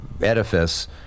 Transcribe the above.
edifice